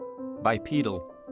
Bipedal